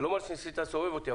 אתה לא ממש ניסית לסובב אותי,